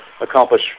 accomplish